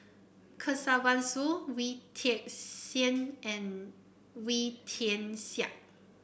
Kesavan Soon Wee Tian Siak and Wee Tian Siak